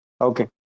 okay